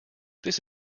this